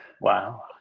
Wow